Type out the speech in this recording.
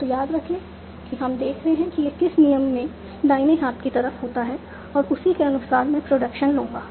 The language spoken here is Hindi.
तो याद रखें हम देख रहे हैं कि यह किस नियम में दाहिने हाथ की तरफ होता है और उसी के अनुसार मैं प्रोडक्शन लूंगा